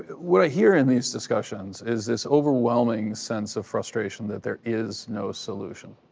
what i hear in these discussions is this overwhelming sense of frustration that there is no solution.